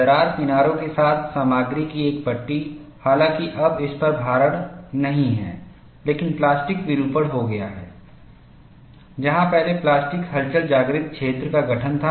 दरार किनारों के साथ सामग्री की एक पट्टी हालांकि अब इस पर भारण नहीं है लेकिन प्लास्टिक विरूपण हो गया है जहां पहले प्लास्टिक हलचल जागृत क्षेत्र का गठन था